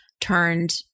turned